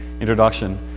introduction